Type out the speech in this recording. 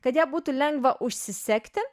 kad ją būtų lengva užsisegti